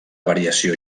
variació